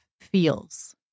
feels